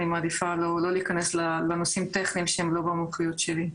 אני מעדיפה שלא להיכנס לנושאים טכניים שהם לא במומחיות שלי.